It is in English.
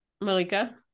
Malika